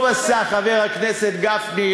טוב עשה חבר הכנסת גפני,